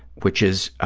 which is